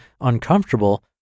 uncomfortable